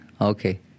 Okay